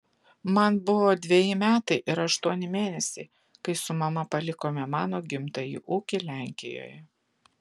man buvo dveji metai ir aštuoni mėnesiai kai su mama palikome mano gimtąjį ūkį lenkijoje